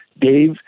Dave